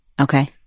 Okay